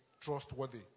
trustworthy